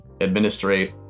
administrate